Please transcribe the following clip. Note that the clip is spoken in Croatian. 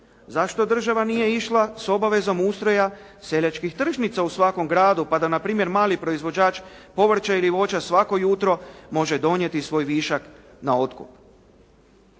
Zašto država nije išla sa obavezom ustroja seljačkih tržnica u svakom gradu pa da na primjer mali proizvođač povrća ili voća svako jutro može donijeti svoj višak na otkup.